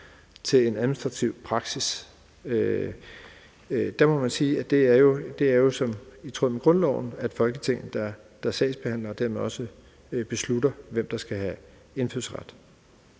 til en administrativ praksis, må jeg sige, at det er i tråd med grundloven, at det er Folketinget, der sagsbehandler, og dermed også beslutter, hvem der skal have indfødsret.